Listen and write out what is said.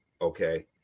okay